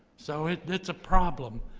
so it's a problem.